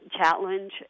challenge